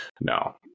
No